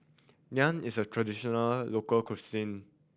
naan is a traditional local cuisine